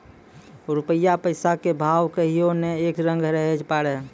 रूपया पैसा के भाव कहियो नै एक रंग रहै पारै